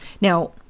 Now